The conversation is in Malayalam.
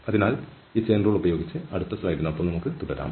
അതിനാൽ ഈ ചെയിൻ റൂൾ ഉപയോഗിച്ച് അടുത്ത സ്ലൈഡിനൊപ്പം നമുക്ക് തുടരാം